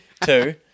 Two